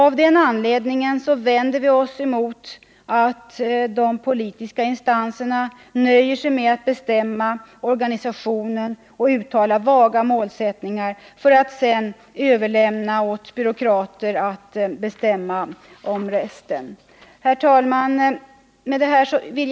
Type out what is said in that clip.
Av den anledningen vänder vi oss mot, att de politiska instanserna nöjer sig med att bestämma organisationen och att uttala vaga målsättningar för att sedan överlämna åt byråkrater att bestämma om resten. Herr talman!